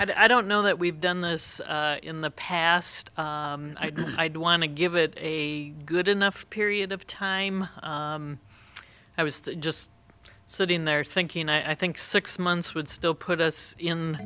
i don't know that we've done this in the past i'd want to give it a good enough period of time i was just sitting there thinking i think six months would still put us in